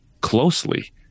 closely